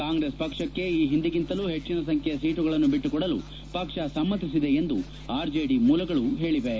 ಕಾಂಗ್ರೆಸ್ ಪಕ್ಷಕ್ಕೆ ಈ ಹಿಂದಿಗಿಂತಲೂ ಹೆಚ್ಚಿನ ಸಂಖ್ಯೆಯ ಸೀಟುಗಳನ್ನು ಬಿಟ್ಲುಕೊಡಲು ಪಕ್ಷ ಸಮ್ನತಿಸಿದೆ ಎಂದು ಆರ್ಜೆಡಿ ಮೂಲಗಳು ಹೇಳಿವೆ